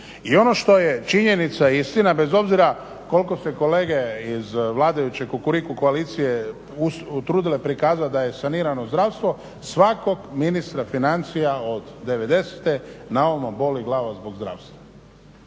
i ono što je činjenica i istina bez obzira koliko se kolege iz vladajuće Kukuriku koalicije trudile prikazat da je sanirano zdravstvo, svakom ministra financija od 90-te na ovamo boli glava zbog zdravstva.